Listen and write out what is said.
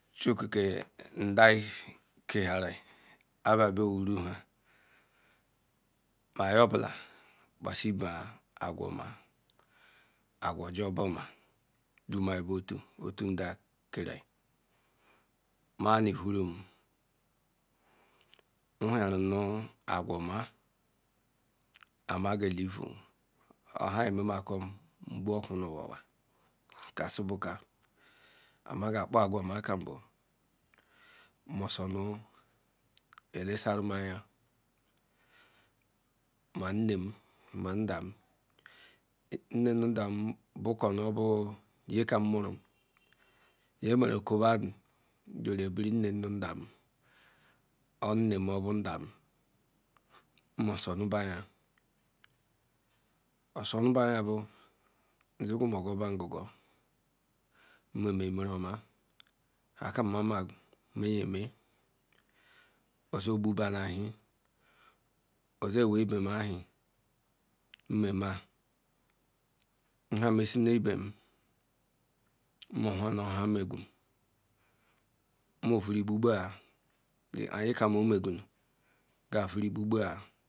chiokeke ndai kehiarha Abiahorlou ruha ma niye ogbala kpasi ibe aghea oma aghea ojor bu oma abu otu otu nda kena meme ihiwom nhuna no aghaa oma nha mji nu wu ahanyemem nbuokwa nu owa kazibeka a maga nu wu ka aghaa oma mosor ile soram aya ma nde karabuka ma men ma ndam nmmidam bala ngamurum kaje duru ebinor naem nu ndam boba nmm bobu ndem nmosoru ba aja izuguma ogor bar ngugor nha ke ma meya ozi oba ba nehie mme mia nhamesine ibem nnwhwa no bu nha meaum mo vuru igbubua